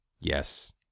yes